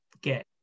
get